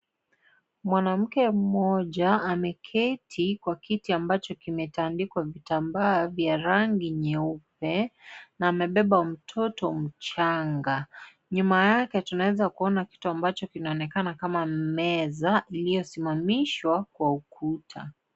Mwanamke moja ameketi kwa kiti ambacho kimetandikwa vitambaa vya rangi yeupe, na amebeba mtoto mchanga, nyuma yake tunaweza kuona kitu ambacho kinaonekana kama meza iliyosimamishwa kwa ukuta.